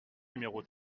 numéro